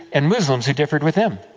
and muslims who differed with them.